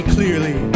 clearly